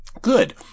Good